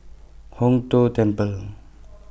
Hong Tho Temple